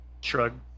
Shrug